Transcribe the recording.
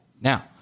now